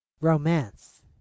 romance